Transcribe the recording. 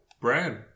brand